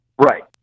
Right